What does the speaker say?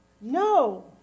No